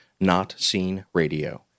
notseenradio